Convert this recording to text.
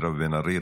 מירב בן ארי,